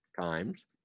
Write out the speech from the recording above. times